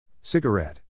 Cigarette